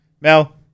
Mel